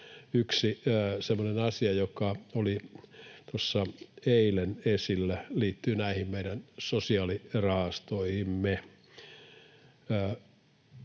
asia, joka oli tuossa eilen esillä, liittyy näihin meidän sosiaalirahastoihimme.